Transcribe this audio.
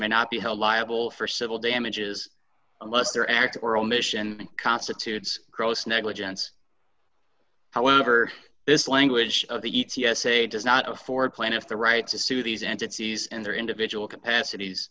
may not be held liable for civil damages unless their act or omission constitutes gross negligence however this language of the t s a does not afford plaintiff the right to sue these entities and their individual capacities